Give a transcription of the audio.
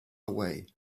away